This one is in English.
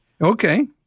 Okay